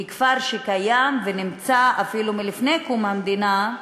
כי כפר שקיים ונמצא אפילו מלפני קום המדינה,